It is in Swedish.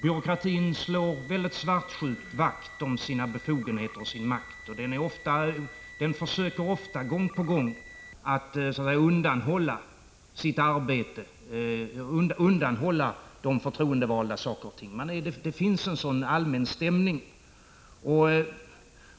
Byråkratin slår mycket svartsjukt vakt om sina befogenheter och sin makt, och den försöker gång på gång undanhålla de förtroendevalda saker och ting. Det finns en sådan allmän stämning.